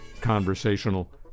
conversational